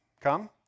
come